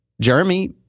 Jeremy